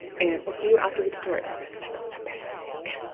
and i'll see you after the tutorial recycled fabric